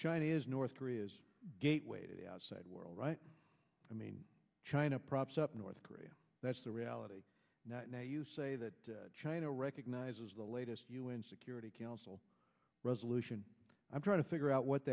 china is north korea's gateway to the outside world right i mean china props up north korea that's the reality now you say that china recognizes the latest u n security council resolution i'm trying to figure out what